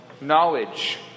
Knowledge